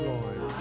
Lord